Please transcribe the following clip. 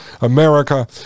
America